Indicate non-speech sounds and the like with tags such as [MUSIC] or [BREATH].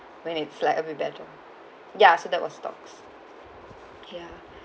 [BREATH] when it's like a bit better yeah so that was stocks ya